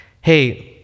hey